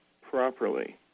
properly